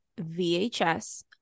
VHS